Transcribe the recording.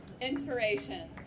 Inspiration